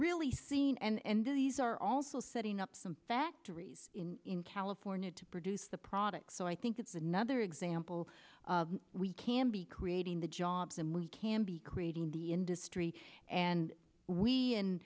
really seen and these are also setting up some factories in california to produce the products so i think it's another example we can be creating the jobs and we can be creating the industry and we in